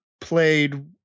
played